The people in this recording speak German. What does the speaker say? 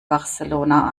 barcelona